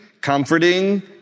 comforting